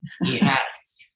Yes